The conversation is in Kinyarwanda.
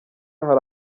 hari